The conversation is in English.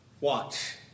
Watch